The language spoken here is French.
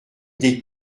des